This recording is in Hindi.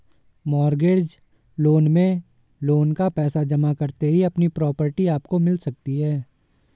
मॉर्गेज लोन में लोन का पैसा जमा करते ही अपनी प्रॉपर्टी आपको मिल सकती है